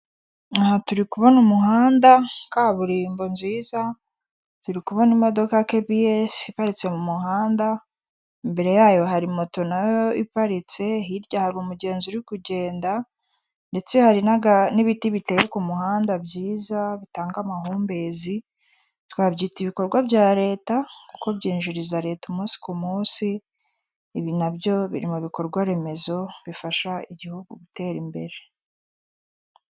Aha turi kubona umuhanda kaburimbo nziza, turi kubona imodoka kebiyesi iparitse mu muhanda, imbere yayo hari moto nayo iparitse, hirya hari umugenzi uri kugenda ndetse hari n'ibiti biteye ku muhanda byiza bitanga amahumbezi, twabyita ibikorwa bya leta kuko byinjiriza leta umunsi ku munsi, ibi na byo biri mu bikorwa remezo bifasha igihugu gutera imbere.